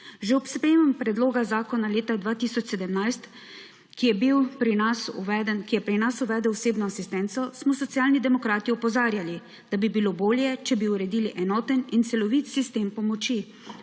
Že ob sprejemu predloga zakona leta 2017, ki je pri nas uvedel osebno asistenco, smo Socialni demokrati opozarjali, da bi bilo bolje, če bi uredili enoten in celovit sistem pomoči